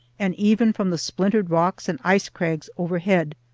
and even from the splintered rocks and ice-crags overhead,